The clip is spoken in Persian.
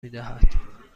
میدهد